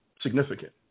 significant